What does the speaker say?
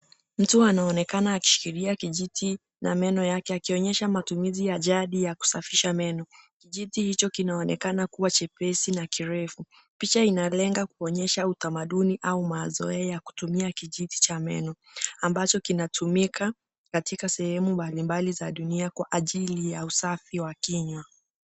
Mtu anaonekana akishikilia kijiti na meno yake akionyesha matumizi ya jadi ya kusafisha meno. Kijiti hicho kinaonekana kuwa chepesi na kirefu. Picha inalenga kuonyesha utamaduni au mazoea ya kutumia kijiti cha meno, ambacho kinatumika katika sehemu mbali mbali za dunia kwa ajili ya usafi wa kinywa.